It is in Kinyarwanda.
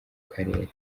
karere